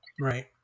Right